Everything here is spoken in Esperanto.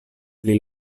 pli